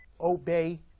obey